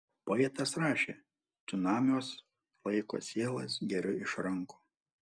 poetas rašė cunamiuos laiko sielas geriu iš rankų